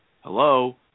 hello